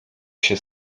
się